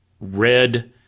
red